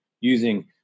using